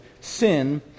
sin